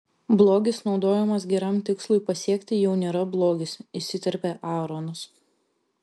blogis naudojamas geram tikslui pasiekti jau nėra blogis įsiterpė aaronas